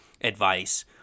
advice